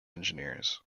engineers